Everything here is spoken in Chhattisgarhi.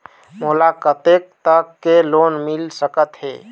मोला कतेक तक के लोन मिल सकत हे?